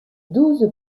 douze